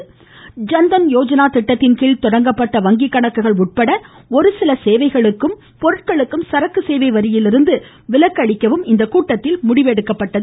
மேலும் ஜன்தன் யோஜானா திட்டத்தின்கீழ் துவங்கப்பட்ட வங்கி கணக்குகள் உட்பட ஒருசில சேவகளுக்கும் பொருட்களுக்கும் சரக்கு சேவை வரியிலிருந்து விலக்கு அளிக்கவும் இக்கூட்டத்தில் முடிவெடுக்கப்பட்டது